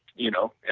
you know, and